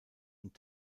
und